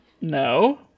No